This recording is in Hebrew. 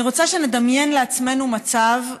אני רוצה שנדמיין לעצמנו מצב,